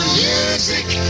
music